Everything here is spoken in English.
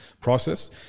process